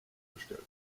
gestellt